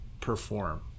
perform